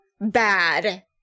bad